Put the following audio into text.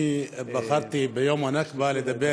אני באתי ביום הנכבה לדבר